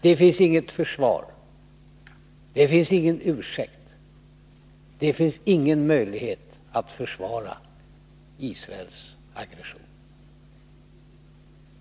Det finns inget försvar. Det finns ingen ursäkt. Det finns ingen möjlighet att försvara Israels aggression.